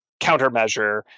countermeasure